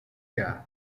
year